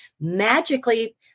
magically